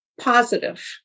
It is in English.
positive